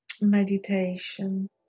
meditation